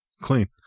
clean